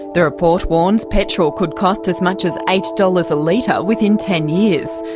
the report warns petrol could cost as much as eight dollars a litre within ten years.